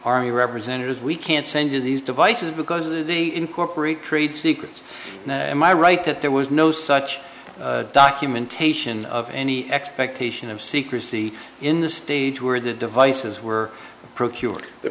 you representatives we can't send you these devices because they incorporate trade secrets in my right that there was no such documentation of any expectation of secrecy in the stage where the devices were procured the